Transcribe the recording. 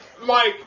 Mike